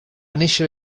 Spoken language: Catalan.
néixer